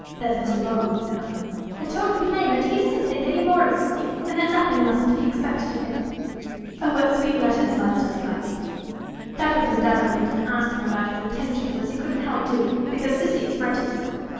that's mr. bowling, you know has told him plain that he doesn't think any more of cissy, and that nothing mustn't be expected of him. oh what sweet letters mother does write that was when dada went and asked him about his intentions, as he couldn't help doing, because cissy is fretting so.